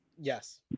Yes